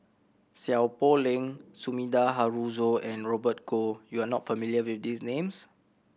Seow Poh Leng Sumida Haruzo and Robert Goh you are not familiar with these names